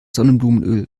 sonnenblumenöl